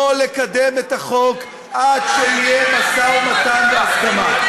שלא לקדם את החוק עד שיהיה משא ומתן בהסכמה.